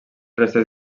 restes